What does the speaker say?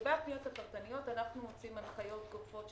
לגבי הפניות הפרטניות אנחנו מוציאים הנחיות גורפות,